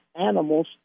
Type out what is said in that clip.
animals